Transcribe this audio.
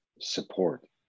support